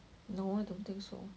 no I don't think so